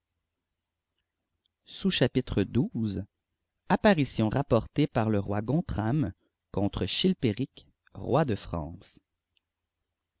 apparition rapportée ipar le roi gontram contre chilpéric roi de france